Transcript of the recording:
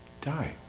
die